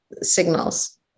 signals